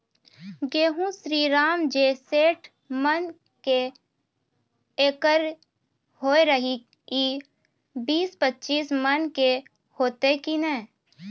गेहूँ श्रीराम जे सैठ मन के एकरऽ होय रहे ई बार पचीस मन के होते कि नेय?